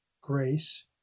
grace